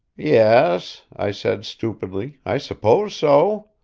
yes, i said stupidly, i suppose so.